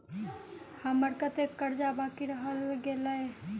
हम्मर कत्तेक कर्जा बाकी रहल गेलइ?